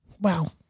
Wow